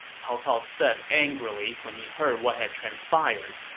cao cao said angrily when he heard what had transpired